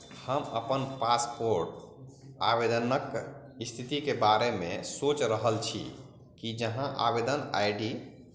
हम अपन पासपोर्ट आवेदनक स्थितिके बारेमे सोचि रहल छी कि जहाँ आवेदन आई डी